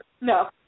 No